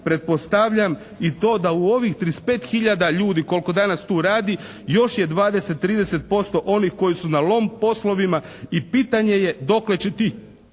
pretpostavljam i to da u ovih 35 hiljada ljudi koliko danas tu radi još je 20, 30% onih koji su na lom poslovima i pitanje je dokle će ti